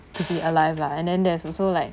to be alive lah and then there's also like